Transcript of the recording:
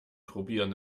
probieren